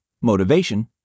motivation